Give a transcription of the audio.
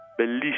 bellissimo